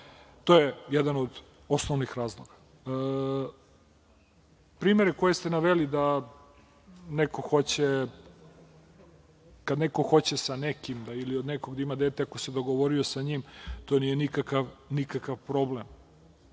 To je jedan od osnovnih razloga. Primeri koje ste naveli da kada neko hoće sa nekim da ima dete ili od nekog da ima dete, ako se dogovorio sa njim, to nije nikakav problem. Što